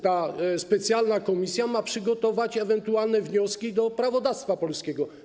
Ta specjalna komisja ma przygotować ewentualne wnioski do prawodawstwa polskiego.